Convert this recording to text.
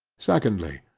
secondly.